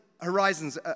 horizons